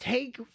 Take